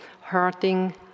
hurting